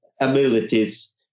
abilities